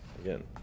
Again